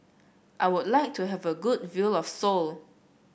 I would like to have a good view of Seoul